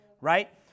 right